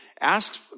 asked